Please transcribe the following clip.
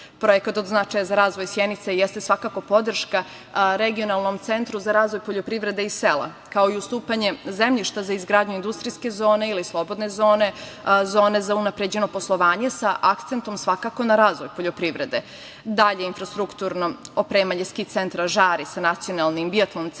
od značaja za razvoj Sjenice jeste svakako podrška regionalnom centru za razvoj poljoprivrede i sela, kao i ustupanje zemljišta za izgradnju industrijske zone ili slobodne zone, zone za unapređeno poslovanje, sa akcentom svakako na razvoj poljoprivrede. Dalje, infrastrukturno opremanje ski-centra "Žari", sa nacionalnim biatlon centrom,